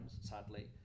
sadly